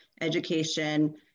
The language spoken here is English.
education